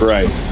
Right